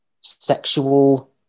sexual